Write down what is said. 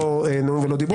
לא נאום ולא דיבור.